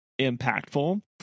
impactful